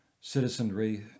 citizenry